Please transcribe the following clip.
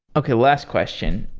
okay, last question.